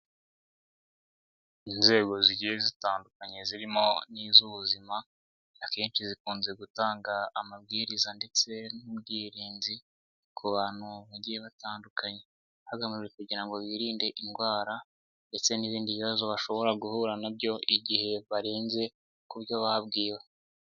Inzego zigiye zitandukanye zirimo n'iz'ubuzima, akenshi zikunze gutanga amabwiriza ndetse n'ubwirinzi, ku bantu bagiye batandukanye, hagamijwe kugira ngo birinde indwara ndetse n'ibindi bibazo bashobora guhura na byo, igihe barenze ku byo babwiwe.